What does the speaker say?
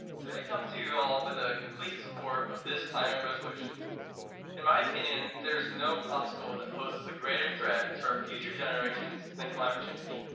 today come to you all with a complete support of this climate resolution in my opinion there's no obstacle that poses a greater threat to our future generations than climate change